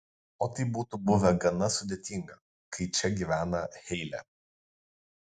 o tai būtų buvę gana sudėtinga kai čia gyvena heilė